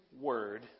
word